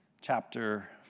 chapter